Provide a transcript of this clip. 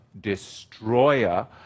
destroyer